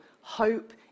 hope